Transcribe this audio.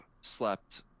slept